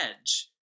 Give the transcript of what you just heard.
edge